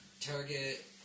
Target